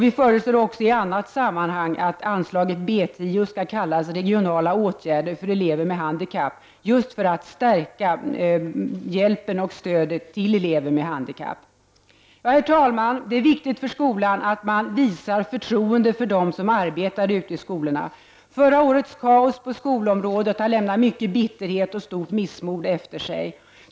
Vi föreslår också i ett annat sammanhang att anslaget B 10 skall kallas Regionala åtgärder för elever med handikapp, just för att stärka hjälpen och stödet till elever med handikapp. Herr talman! Det är viktigt för skolan att man visar förtroende för dem som arbetar ute i skolorna. Förra årets kaos på skolområdet har lämnat mycket bitterhet och stort missmod efter sig.